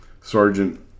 Sergeant